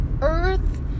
earth